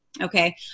okay